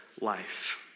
life